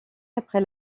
après